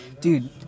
Dude